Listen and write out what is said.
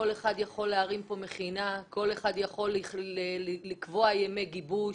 כל אחד יכול להרים מכינה, יכול לקבוע ימי גיבוש,